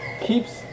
keeps